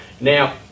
now